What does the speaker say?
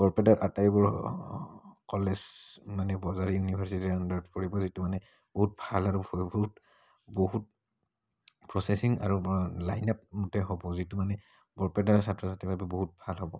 বৰপেটাত আটাইবোৰ কলেজ মানে বজালি ইউনিভাৰ্চিটিৰ আণ্ডাৰত পৰিব যিটো মানে বহুত ভাল আৰু বহুত প্ৰচছিং আৰু লাইন আপ মতে হ'ব যিটো মানে বৰপেটাৰ ছাত্ৰ ছাত্ৰীৰ বাবে বহুত ভাল হ'ব